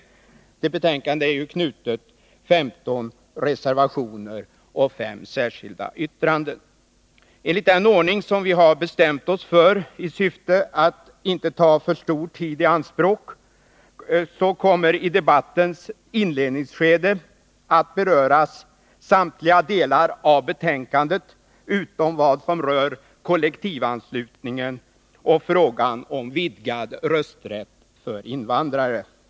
Till betänkandet är ju knutna 15 reservationer och 5 särskilda yttranden. Enligt den ordning som vi har bestämt oss för i syfte att inte ta för lång tid i anspråk kommer i debattens inledningsskede att beröras samtliga delar av betänkandet, utom den som rör kollektivanslutningen och frågan om vidgad rösträtt för invandrare.